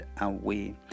away